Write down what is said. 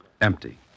Empty